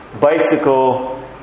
bicycle